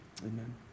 amen